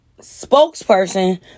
spokesperson